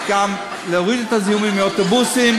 להוריד את הזיהומים מהאוטובוסים,